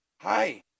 Hi